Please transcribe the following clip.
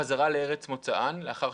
חזרה לארץ מוצאן לאחר